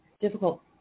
difficult